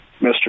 Mr